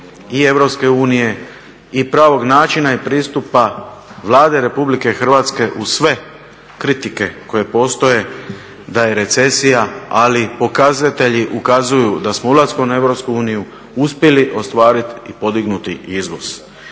i EU i pravog načina i pristupa Vlade RH uz sve kritike koje postoje da je recesija. Ali pokazatelji ukazuju da smo ulaskom u EU uspjeli ostvariti i podignuti izvoz.